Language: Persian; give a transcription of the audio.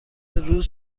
روز